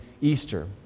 Easter